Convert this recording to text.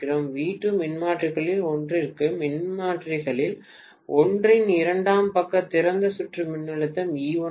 V2 மின்மாற்றிகளில் ஒன்றிற்கு மின்மாற்றிகளில் ஒன்றின் இரண்டாம் பக்க திறந்த சுற்று மின்னழுத்தம் E1 ஆகும்